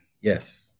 Yes